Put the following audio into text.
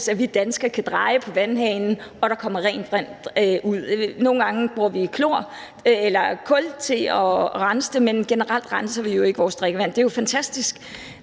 at vi danskere kan dreje på vandhanen og der så kommer rent vand ud. Nogle gange bruger vi klor eller kul til at rense det, men generelt renser vi ikke vores drikkevand. Det er jo fantastisk,